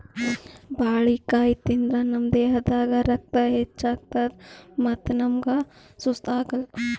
ಬಾಳಿಕಾಯಿ ತಿಂದ್ರ್ ನಮ್ ದೇಹದಾಗ್ ರಕ್ತ ಹೆಚ್ಚತದ್ ಮತ್ತ್ ನಮ್ಗ್ ಸುಸ್ತ್ ಆಗಲ್